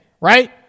right